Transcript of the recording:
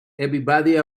everybody